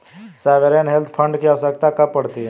Sovereign wealth fund की आवश्यकता कब पड़ती है?